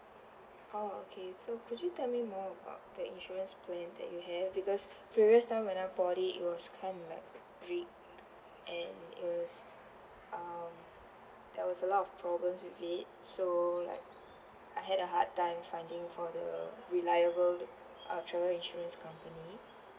oh okay so could you tell me more about the insurance plan that you have because previous time when I bought it was kind of like rigged and it was um there was a lot of problems with it so like I had a hard time finding for the reliable uh travel insurance company